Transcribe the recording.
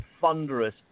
thunderous